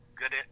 good